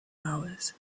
hours